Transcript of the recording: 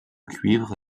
cuivre